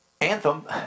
anthem